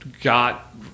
got